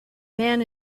man